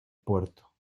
puerto